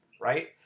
right